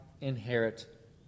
inherit